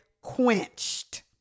quenched